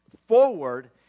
forward